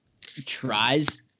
tries